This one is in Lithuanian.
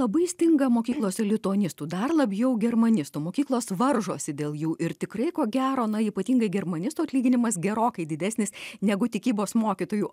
labai stinga mokyklose lituanistų dar labiau germanistų mokyklos varžosi dėl jų ir tikrai ko gero na ypatingai germanistų atlyginimas gerokai didesnis negu tikybos mokytojų